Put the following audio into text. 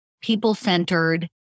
people-centered